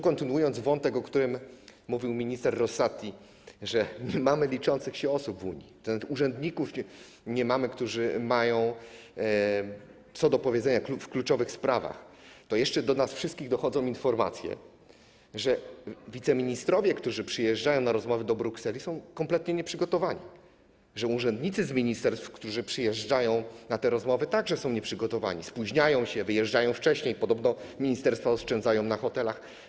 Kontynuując wątek, o którym mówił minister Rosati: że nie mamy liczących się osób w Unii, nie mamy urzędników, którzy mają coś do powiedzenia w kluczowych sprawach, to jeszcze do nas wszystkich dochodzą informacje, że wiceministrowie, którzy przyjeżdżają na rozmowy do Brukseli, są kompletnie nieprzygotowani, że urzędnicy z ministerstw, którzy przyjeżdżają na te rozmowy, także są nieprzygotowani, spóźniają się, wyjeżdżają wcześniej, podobno ministerstwa oszczędzają na hotelach.